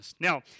Now